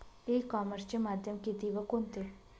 E कॉमर्सचे माध्यम किती व कोणते?